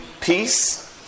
Peace